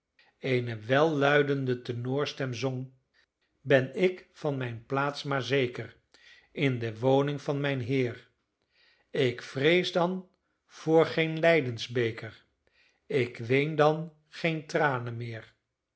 eene welluidende tenorstem zong ben ik van mijn plaats maar zeker in de woning van mijn heer k vrees dan voor geen lijdensbeker k ween dan geene tranen meer